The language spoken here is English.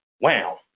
wow